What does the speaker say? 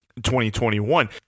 2021